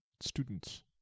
students